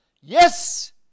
yes